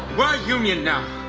we're a union now,